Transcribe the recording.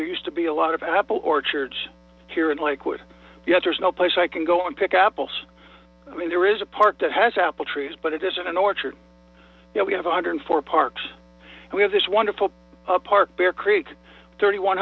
there used to be a lot of apple orchards here in lakewood yet there is no place i can go and pick apples i mean there is park that has apple trees but it isn't an orchard we have one hundred and four parks and we have this wonderful park bear creek thirty one